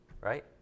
right